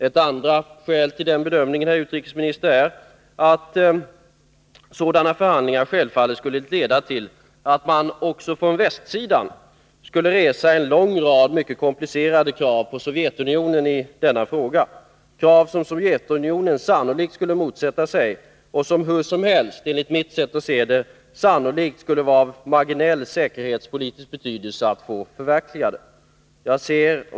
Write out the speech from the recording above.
Ett andra skäl till den bedömningen, herr utrikesminister, är att sådana förhandlingar självfallet skulle leda till att man också från västsidan skulle resa en lång rad mycket komplicerade krav på Sovjetunionen i denna fråga, krav som Sovjet sannolikt skulle motsätta sig och som det hur som helst, enligt mitt sätt att se, sannolikt skulle vara av marginell säkerhetspolitisk betydelse att få förverkligade.